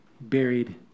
buried